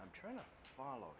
i'm trying to follow